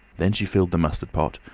then she filled the mustard pot,